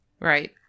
Right